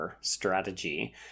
strategy